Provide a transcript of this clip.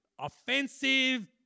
offensive